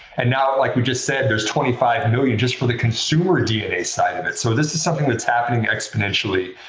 and now, like we just said, there's twenty five million just for the consumer dna side of it. so this is something that's happening exponentially,